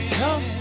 come